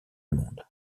monde